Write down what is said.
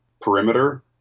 perimeter